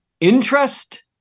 Interest